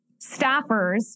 staffers